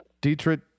Dietrich